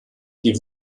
die